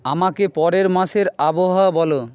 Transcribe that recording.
আমাকে পরের মাসের আবহাওয়া বলো